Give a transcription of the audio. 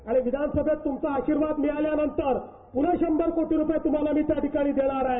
आणि विधानसभेत तुमचा आर्शिवाद मिळाल्यानंतर पुन्हा शंभर कोटी रूपये मी त्या ठिकाणी देणार आहे